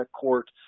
court